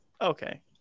Okay